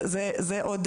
זה עוד